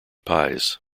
pies